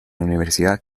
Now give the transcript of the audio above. universidad